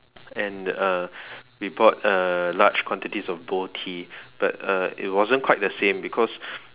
and uh we bought a large quantities of Boh Tea but uh it wasn't quite the same because